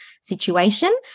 situation